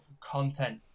content